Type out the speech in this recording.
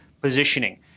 positioning